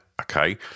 okay